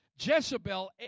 Jezebel